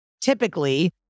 typically